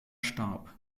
starb